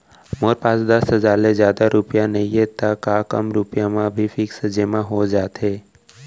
मोर पास दस हजार ले जादा रुपिया नइहे त का कम रुपिया म भी फिक्स जेमा हो जाथे?